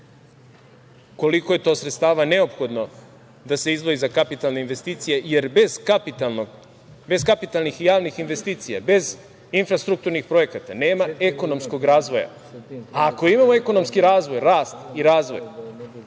koliko je to sredstava neophodno da se izdvoji za kapitalne investicije, jer bez kapitalnih i javnih investicija, bez infrastrukturnih projekata, nema ekonomskog razvoja. A ako imamo ekonomski razvoj, rast i razvoj,